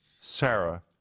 Sarah